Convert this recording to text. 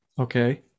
Okay